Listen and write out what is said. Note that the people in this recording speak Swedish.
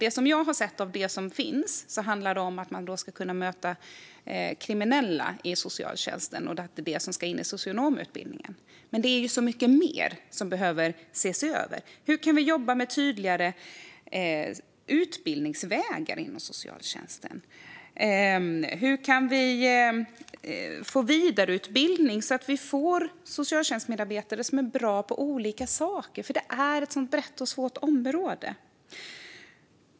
Det som jag har sett handlar om att socialtjänsten ska kunna möta kriminella och att det ska in i socionomutbildningen. Men det är mycket mer som behöver ses över, till exempel hur man kan jobba med tydligare utbildningsvägar inom socialtjänsten och även vidareutbildning så att man får socialtjänstmedarbetare som är bra på olika saker, eftersom det är ett så stort och svårt område.